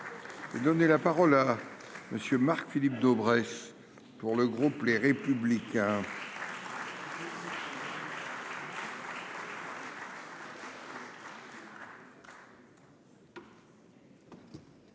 Donner la parole à monsieur Marc Philippe Daubresse pour le groupe Les Républicains.